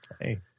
Hey